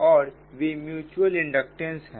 और वे mutual inductance है